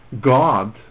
God